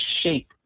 shape